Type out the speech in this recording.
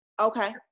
okay